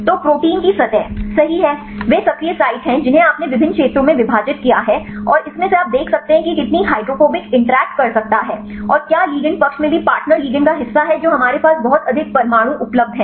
तो प्रोटीन की सतह सही है वे सक्रिय साइट हैं जिन्हें आपने विभिन्न क्षेत्रों में विभाजित किया है और इसमें से आप देख सकते हैं कि यह कितनी हाइड्रोफोबिक इंटरैक्ट कर सकता है और क्या लिगैंड पक्ष में भी पार्टनर लिगैंड का हिस्सा है जो हमारे पास बहुत अधिक परमाणु उपलब्ध है